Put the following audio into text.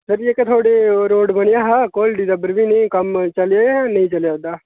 sir ji जेह्का थुआढ़े road बनेआ हा घोरडी दा भरमीन ई कम्म चलेआ जां नेईं चलेआ ओह्दा